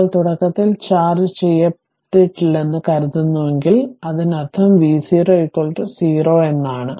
ഇപ്പോൾ തുടക്കത്തിൽ ചാർജ്ജ് ചെയ്തിട്ടില്ലെന്ന് കരുതുന്നുവെങ്കിൽ അതിനർത്ഥം v0 0 എന്നാണ്